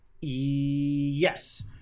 Yes